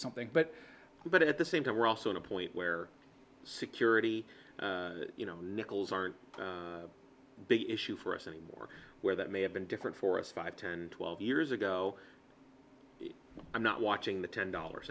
something but but at the same time we're also at a point where security nickels are a big issue for us anymore where that may have been different for us five ten twelve years ago i'm not watching the ten dollars